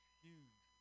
huge